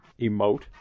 emote